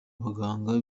baganga